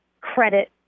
credit